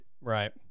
right